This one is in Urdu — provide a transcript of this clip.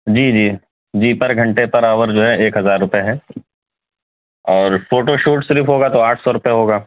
جی جی جی پر گھنٹے پر آور جو ہے ایک ہزار روپے ہے اور فوٹو شوٹ صرف ہوگا تو آٹھ سو روپے ہوگا